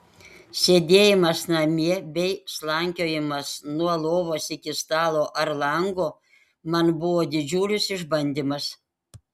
sėdėjimas namie bei slankiojimas nuo lovos iki stalo ar lango man buvo didžiulis išbandymas